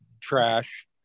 Trash